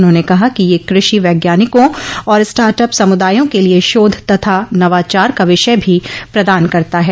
उन्होंने कहा कि यह कृषि वैज्ञानिकों और स्टार्टअप समुदायों के लिए शोध तथा नवाचार का विषय भी प्रदान करता है